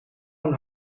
een